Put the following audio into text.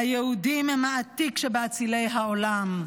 היהודים הם העתיק שבאצילי העולם".